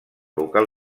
local